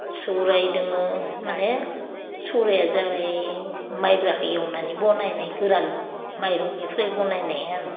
सौराय दङ माने सौराया जाबाय माइब्राखौ एवनानै बानायनाय गोरान माइरंनिफ्राय बनायनाय आरो